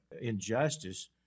injustice